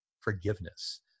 forgiveness